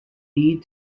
lead